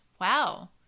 wow